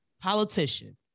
politician